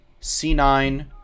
c9